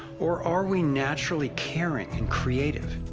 or are we naturally caring and creative?